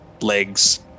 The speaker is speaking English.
legs